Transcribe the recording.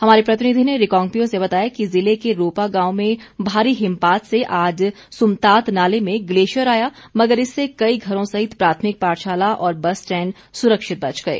हमारे प्रतिनिधि ने रिकांगपिओ से बताया कि जिले के रोपा गांव में भारी हिमपात से आज सुमतात नाले में ग्लेशियर आया मगर इससे कई घरों सहित प्राथमिक पाठशाला और बस स्टैंड सुरक्षित बच गए